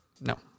No